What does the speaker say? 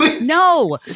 no